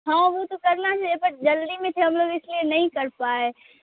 ہاں وہ تو کرنا ہے بٹ جلدی میں تھے ہم لوگ اس لیے نہیں کر پائے